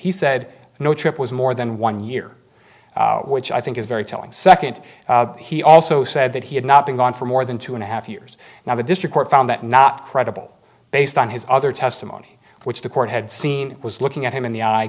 he said no trip was more than one year which i think is very telling second he also said that he had not been gone for more than two and a half years now the district court found that not correct all based on his other testimony which the court had seen was looking at him in the